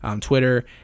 Twitter